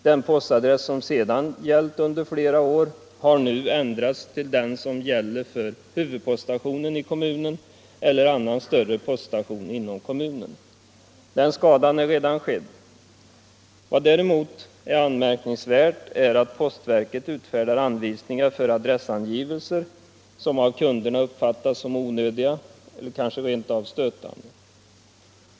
Den postadress som sedan gällt under flera år har nu ändrats till den som gäller för huvudpoststationen i kommunen eller annan större poststation inom kommunen. Den skadan är redan är skedd. Vad som däremot är anmärkningsvärt är att postverket utfärdar anvisningar för adressangivelser, som av kunderna uppfattas som onödiga, kanske rent av stötande.